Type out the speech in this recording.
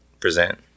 present